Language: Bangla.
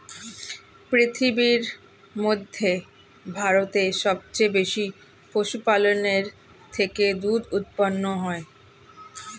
পৃথিবীর মধ্যে ভারতে সবচেয়ে বেশি পশুপালনের থেকে দুধ উৎপন্ন হয়